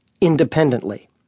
independently